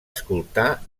escoltar